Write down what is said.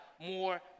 more